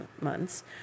months